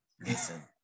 Listen